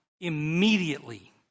immediately